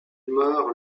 meurt